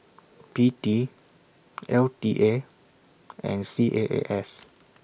P T L T A and C A A S